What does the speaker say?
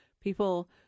People